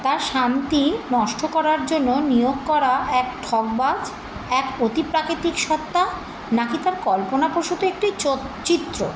তার শান্তি নষ্ট করার জন্য নিয়োগ করা এক ঠকবাজ এক অতিপ্রাকিতিক সত্ত্বা না কি তার কল্পনাপ্রসূত একটি চ চিত্র